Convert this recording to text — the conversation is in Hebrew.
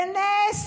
בנס,